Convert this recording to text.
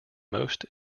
most